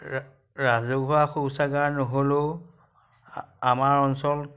ৰাজহুৱা শৌচাগাৰ নহ'লেও আমাৰ অঞ্চল